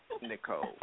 Nicole